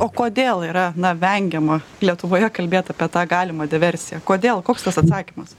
o kodėl yra na vengiama lietuvoje kalbėt apie tą galimą diversiją kodėl koks tas atsakymas